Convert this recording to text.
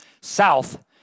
south